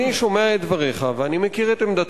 אני שומע את דבריך ואני מכיר את עמדתך,